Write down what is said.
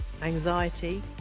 anxiety